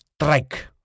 strike